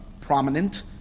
prominent